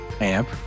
amp